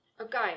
Okay